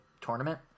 tournament